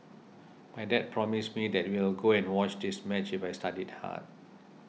my dad promised me that we will go and watch this match if I studied hard